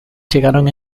llegaron